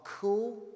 cool